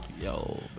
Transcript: Yo